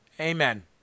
Amen